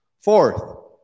Fourth